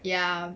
ya